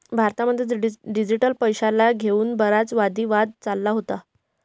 भारतामध्ये डिजिटल पैशाला घेऊन बराच वादी वाद चालला होता